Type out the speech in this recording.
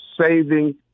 saving